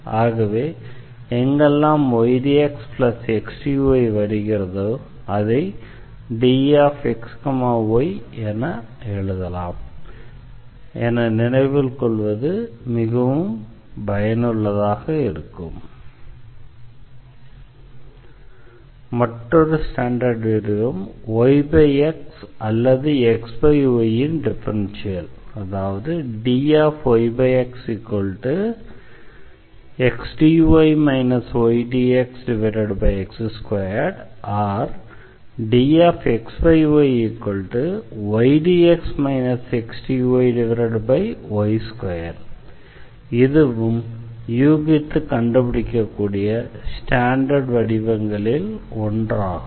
ஆகவே எங்கெல்லாம் ydxxdy வருகிறதோ அதை dxy என எழுதலாம் என நினைவில் கொள்வது மிகவும் பயனுள்ளதாக இருக்கும் மற்றொரு ஸ்டாண்டர்டு வடிவம் yx அல்லது xyன் differential dyxxdy ydxx2 ordxyydx xdyy2 இதுவும் யூகித்து கண்டுபிடிக்கக்கூடிய ஸ்டாண்டர்டு வடிவங்களில் ஒன்றாகும்